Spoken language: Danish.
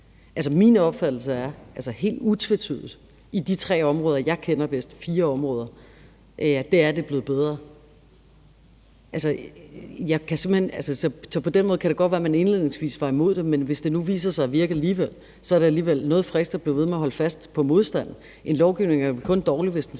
Altså, min opfattelse er, at det helt utvetydigt i de fire områder, jeg kender bedst, er blevet bedre. På den måde kan det godt være, at man indledningsvis var imod det, men hvis det nu viser sig at virke alligevel, er det alligevel noget friskt at blive ved med at holde fast i modstanden. En lovgivning er vel kun dårligt, hvis den sætter